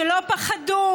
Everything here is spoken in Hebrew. שלא פחדו,